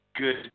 good